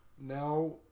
now